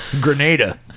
Grenada